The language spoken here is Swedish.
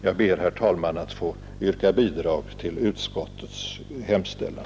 Jag ber, herr talman, att få yrka bifall till utskottets hemställan.